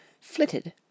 flitted